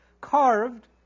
carved